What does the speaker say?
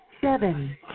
Seven